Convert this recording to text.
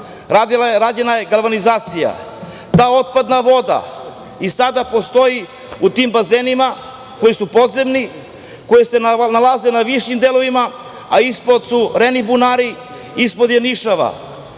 rađena je galvanizacija. Ta otpadna voda i sada postoji u tim bazenima koji su podzemni, koji se nalaze na višim delovima, a ispod su reni bunari, ispod je Nišava.